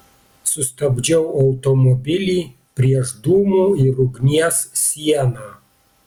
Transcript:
sustabdžiau automobilį prieš dūmų ir ugnies sieną